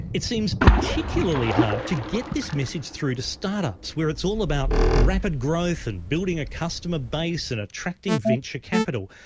it seems particularly hard to get this message through to start-ups, where it's all about rapid growth and building a customer base and attracting venture capital.